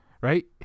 Right